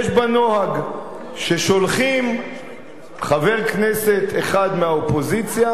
יש בה נוהג ששולחים חבר כנסת אחד מהאופוזיציה